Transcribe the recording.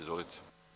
Izvolite.